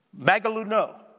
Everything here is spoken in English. magaluno